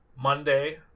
Monday